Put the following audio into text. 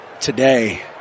today